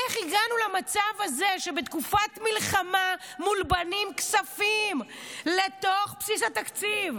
איך הגענו למצב הזה שבתקופת מלחמה מולבנים כספים לתוך בסיס התקציב,